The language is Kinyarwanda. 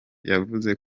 yavuze